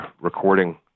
recording